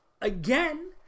again